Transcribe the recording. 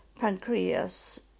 pancreas